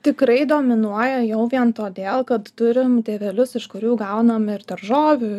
tikrai dominuoja jau vien todėl kad turim tėvelius iš kurių gaunam ir daržovių